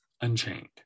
Unchained